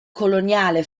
coloniale